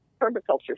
permaculture